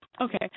Okay